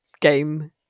game